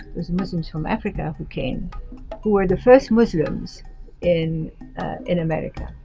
was muslims from africa who came who were the first muslims in in america.